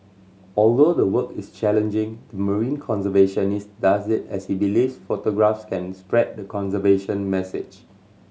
although the work is challenging the marine conservationist does it as he believes photographs can spread the conservation message